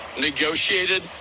negotiated